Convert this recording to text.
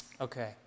Okay